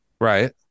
Right